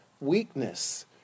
weakness